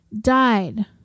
died